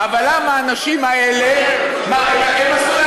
אבל למה האנשים האלה, מה הם עשו לעצמם טוב?